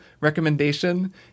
recommendation